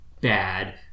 bad